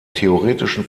theoretischen